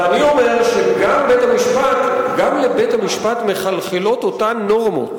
ואני אומר שגם לבית-המשפט מחלחלות אותן נורמות